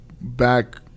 back